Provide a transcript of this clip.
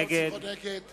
נגד